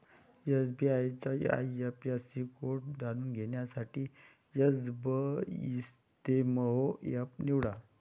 SBI चा IFSC code जाणून घेण्यासाठी एसबइस्तेमहो एप निवडा